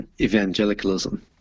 evangelicalism